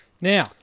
Now